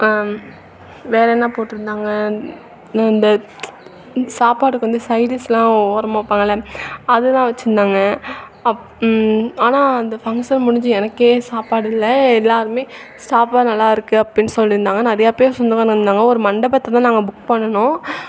வேறே என்ன போட்டுருந்தாங்க இந்த சாப்பாடுக்கு வந்து சைட் டிஷ்லாம் ஓரமாக வைப்பாங்கள அதெலாம் வச்சிருந்தாங்க அப் ஆனால் அந்த ஃபங்க்ஷன் முடிஞ்சி எனக்கே சாப்பாடு இல்லை எல்லோருமே சாப்பாடு நல்லாயிருக்கு அப்படின்னு சொல்லிருந்தாங்க நிறையா பேர் சொந்தக்காரங்க வந்தாங்க ஒரு மண்டபத்தில் நாங்கள் புக் பண்ணுன்னோம்